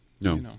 No